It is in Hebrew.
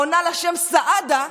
העונה לשם "סעדה",